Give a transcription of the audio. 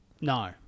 No